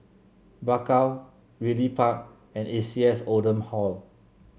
Bakau Ridley Park and A C S Oldham Hall